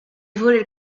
voted